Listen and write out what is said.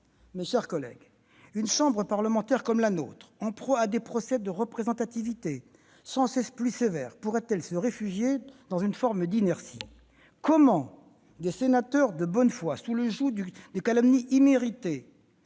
autrement ? Comment une chambre parlementaire comme la nôtre, en proie à des procès en représentativité sans cesse plus sévères, pourrait-elle se réfugier dans une forme d'inertie ? Comment des sénateurs de bonne foi, sous le joug de calomnies imméritées,